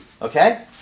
Okay